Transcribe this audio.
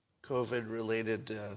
COVID-related